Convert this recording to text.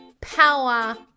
power